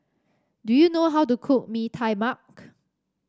do you know how to cook Mee Tai Mak